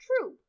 true